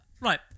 Right